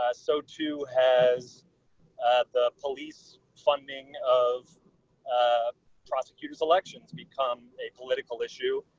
ah so, too, has the police funding of ah prosecutors elections become a political issue.